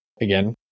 Again